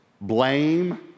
Blame